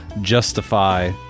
justify